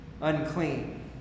unclean